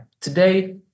today